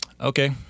okay